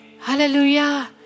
Hallelujah